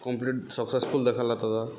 complete successful ଦେଖଲା ତ ଦା